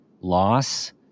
loss